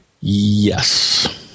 yes